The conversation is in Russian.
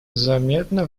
заметно